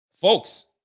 folks